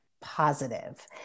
positive